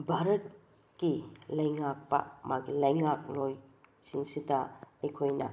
ꯚꯥꯔꯠꯀꯤ ꯂꯩꯉꯥꯛꯄ ꯃꯥꯒꯤ ꯂꯩꯉꯥꯛꯂꯣꯏ ꯁꯤꯡꯁꯤꯗ ꯑꯩꯈꯣꯏꯅ